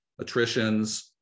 attritions